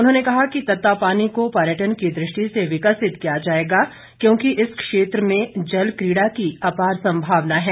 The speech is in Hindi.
उन्होंने कहा कि तत्तापानी को पर्यटन की दृष्टि से विकसित किया जाएगा क्योंकि इस क्षेत्र में जलकीड़ा की अपार संभावना है